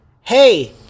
Hey